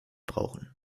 brauchen